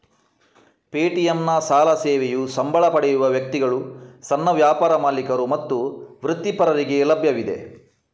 ಪೇಟಿಎಂನ ಸಾಲ ಸೇವೆಯು ಸಂಬಳ ಪಡೆಯುವ ವ್ಯಕ್ತಿಗಳು, ಸಣ್ಣ ವ್ಯಾಪಾರ ಮಾಲೀಕರು ಮತ್ತು ವೃತ್ತಿಪರರಿಗೆ ಲಭ್ಯವಿದೆ